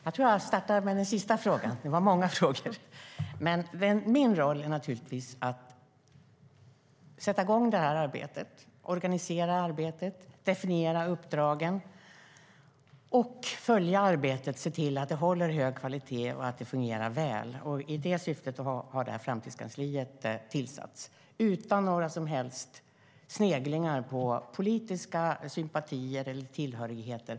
Herr talman! Det var många frågor, men jag börjar med den sista frågan. Min roll är naturligtvis att sätta igång, följa och organisera arbetet, definiera uppdragen och se till att det håller hög kvalitet och fungerar väl. Det var i det syftet som framtidskansliet tillsattes utan några som helst sneglingar på politiska sympatier eller tillhörigheter.